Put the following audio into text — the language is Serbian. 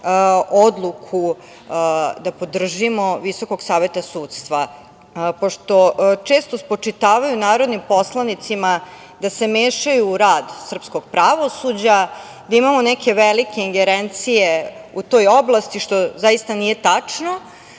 odluku da podržimo Visokog saveta sudstva. Pošto često spočitavaju narodnim poslanicima da se mešaju u rad srpskog pravosuđa, da imamo neke velike ingerencije u toj oblasti, što zaista nije tačno.